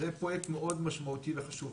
וזה פרויקט מאוד משמעותי וחשוב.